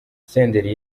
senderi